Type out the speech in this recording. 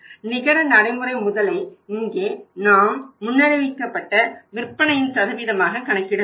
நிகர நடைமுறை முதலை இங்கே நாம் முன்னறிவிக்கப்பட்ட விற்பனையின் சதவிகிதமாக கணக்கிட வேண்டும்